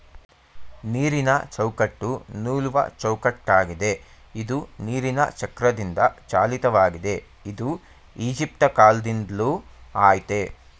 ನೀರಿನಚೌಕಟ್ಟು ನೂಲುವಚೌಕಟ್ಟಾಗಿದೆ ಇದು ನೀರಿನಚಕ್ರದಿಂದಚಾಲಿತವಾಗಿದೆ ಇದು ಈಜಿಪ್ಟಕಾಲ್ದಿಂದಲೂ ಆಯ್ತೇ